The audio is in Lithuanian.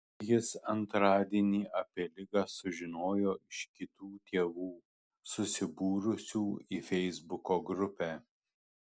jis antradienį apie ligą sužinojo iš kitų tėvų susibūrusių į feisbuko grupę